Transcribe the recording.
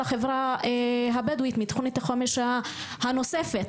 החברה הבדואית מתוכנית החומש הנוספת,